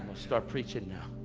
start preaching